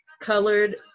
colored